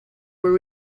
were